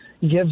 gives